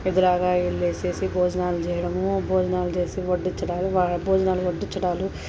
దగ్గర వెళ్ళేసేసి భోజనాలు చేయడము భోజనాలు చేసి వడ్డించడము భోజనాలు వడ్డించడాలు